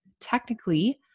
technically